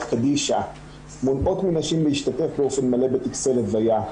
קדישא מונעות מנשים להשתתף באופן מלא בטקסי לוויה.